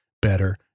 better